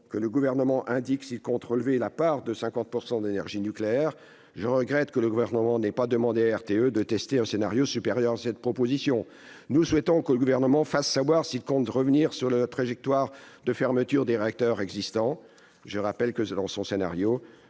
que le Gouvernement indique s'il compte relever la part de 50 % d'énergie nucléaire. Je regrette qu'il n'ait pas demandé à RTE de tester un scénario supérieur à cette proportion. Nous souhaitons que le Gouvernement fasse savoir s'il compte revenir sur la trajectoire de fermeture des réacteurs existants. Je rappelle que RTE, dans son scénario